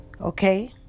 Okay